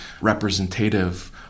representative